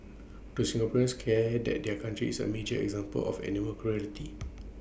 do Singaporeans care that their country is A major example of animal cruelty